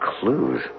clues